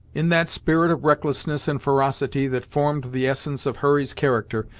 in that spirit of recklessness and ferocity that formed the essence of hurry's character,